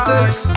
Sex